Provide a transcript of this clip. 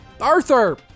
Arthur